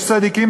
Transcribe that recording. יש צדיקים,